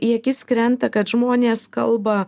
į akis krenta kad žmonės kalba